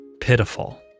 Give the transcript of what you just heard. pitiful